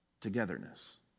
togetherness